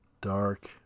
dark